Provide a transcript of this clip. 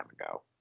ago